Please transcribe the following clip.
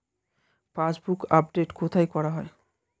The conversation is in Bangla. পাসবুক আপডেট কোথায় করা হয়?